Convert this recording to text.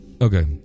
Okay